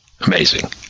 Amazing